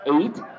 Eight